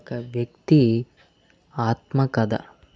ఒక వ్యక్తి ఆత్మకథ